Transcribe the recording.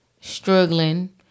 struggling